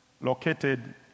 located